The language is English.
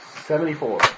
Seventy-four